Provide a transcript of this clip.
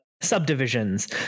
subdivisions